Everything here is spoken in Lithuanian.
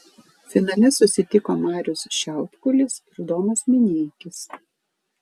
finale susitiko marius šiaudkulis ir domas mineikis